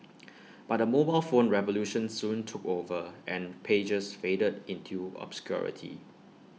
but the mobile phone revolution soon took over and pagers faded into obscurity